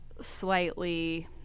slightly